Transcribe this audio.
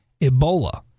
Ebola